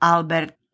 Albert